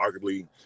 arguably